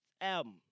album